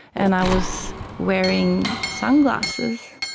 and i was wearing sunglasses,